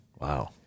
Wow